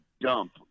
dump